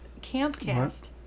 Campcast